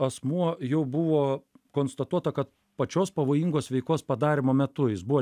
asmuo jau buvo konstatuota kad pačios pavojingos veikos padarymo metu jis buvo